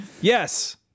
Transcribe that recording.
Yes